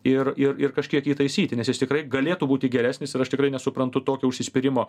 ir ir ir kažkiek jį taisyti nes jis tikrai galėtų būti geresnis ir aš tikrai nesuprantu tokio užsispyrimo